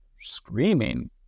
screaming